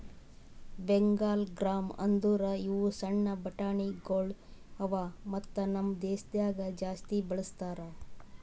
Bengal gram ಅಂದುರ್ ಇವು ಸಣ್ಣ ಬಟಾಣಿಗೊಳ್ ಅವಾ ಮತ್ತ ನಮ್ ದೇಶದಾಗ್ ಜಾಸ್ತಿ ಬಳ್ಸತಾರ್